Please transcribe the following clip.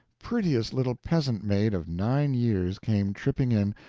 prettiest little peasant-maid of nine years came tripping in,